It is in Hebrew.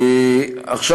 עכשיו,